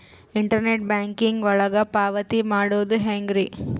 Internet banking ಒಳಗ ಪಾವತಿ ಮಾಡೋದು ಹೆಂಗ್ರಿ?